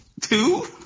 two